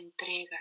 entrega